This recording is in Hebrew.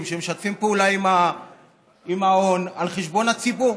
שמשתפים פעולה עם ההון על חשבון הציבור.